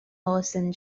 lawson